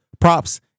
props